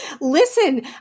Listen